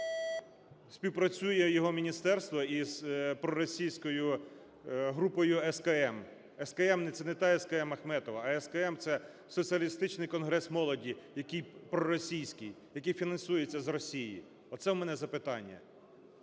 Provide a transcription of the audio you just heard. співпрацює його міністерство із проросійською групою СКМ? Це не та СКМ Ахметова, а СКМ – це Соціалістичний конгрес молоді, який проросійський, який фінансується з Росії. Оце в мене запитання.